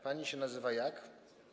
Pani się nazywa jak?